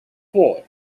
four